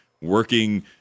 working